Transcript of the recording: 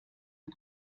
den